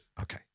okay